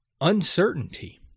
uncertainty